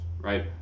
right